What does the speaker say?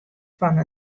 fan